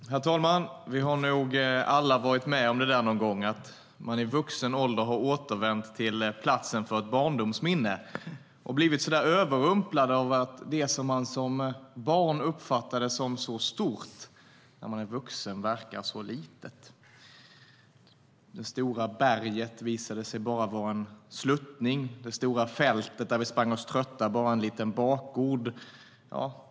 Herr talman! Vi har nog alla varit med om det någon gång att man i vuxen ålder har återvänt till platsen för ett barndomsminne och blivit överrumplad av att det man som barn uppfattade som så stort när man är vuxen verkar så litet. Det stora berget visade sig bara vara en sluttning och det stora fältet där vi sprang oss trötta bara en liten bakgård.